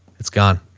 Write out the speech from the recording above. it's gone.